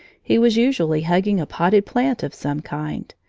he was usually hugging a potted plant of some kind,